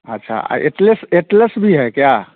अच्छा आ atlas atlas भी है क्या